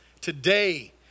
Today